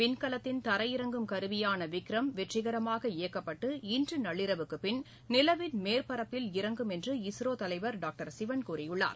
விண்கலத்தின் தரையிறங்கும் கருவியான விக்ரம் வெற்றிகரமாக இயக்கப்பட்டு இன்று நள்ளிரவுக்கு பின் நிலவின் மேற்பரப்பில் இறங்கும் என்று இஸ்ரோ தலைவர் டாக்டர் சிவன் கூறியுள்ளார்